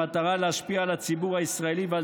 במטרה להשפיע על הציבור הישראלי ועל